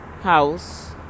house